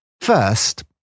First